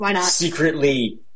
secretly